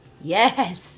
Yes